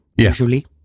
usually